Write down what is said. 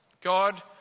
God